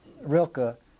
Rilke